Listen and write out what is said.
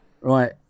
Right